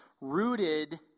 rooted